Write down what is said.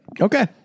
Okay